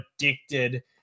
addicted